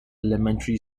elementary